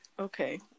Okay